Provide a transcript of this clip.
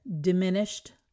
diminished